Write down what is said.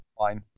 fine